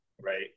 right